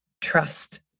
trust